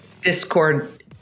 Discord